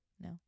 No